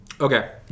Okay